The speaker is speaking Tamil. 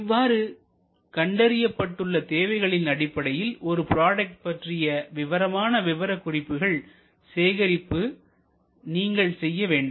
இவ்வாறு கண்டறியப்பட்டுள்ள தேவைகளின் அடிப்படையில் ஒரு ப்ராடக்ட் பற்றிய விவரமான விவரக்குறிப்புகள் சேகரிப்பு நீங்கள் செய்ய வேண்டும்